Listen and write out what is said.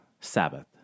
Sabbath